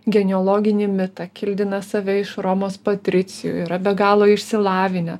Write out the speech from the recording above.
genealoginį mitą kildina save iš romos patricijų yra be galo išsilavinę